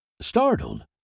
Startled